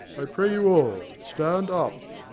i pray you all, stand up.